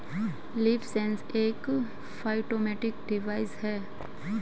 leaf sensor एक phytometric device है